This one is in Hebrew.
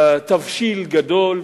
תבשיל גדול,